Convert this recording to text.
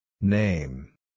Name